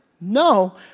No